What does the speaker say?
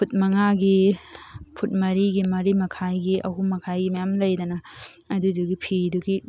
food ꯃꯉꯥꯒꯤ foot ꯃꯔꯤꯒꯤ ꯃꯔꯤ ꯃꯈꯥꯏꯒꯤ ꯑꯍꯨꯝ ꯃꯈꯥꯏꯒꯤ ꯃꯌꯥꯝ ꯂꯩꯗꯅ ꯑꯗꯨꯗꯨꯒꯤ ꯐꯤꯗꯨꯒꯤ